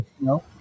No